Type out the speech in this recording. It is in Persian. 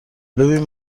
ببین